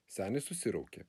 senis susiraukė